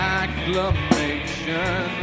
acclamation